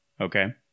Okay